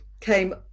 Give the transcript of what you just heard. came